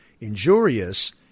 injurious